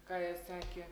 ką jie sakė